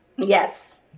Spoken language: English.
Yes